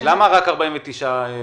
למה רק 49 רישיונות?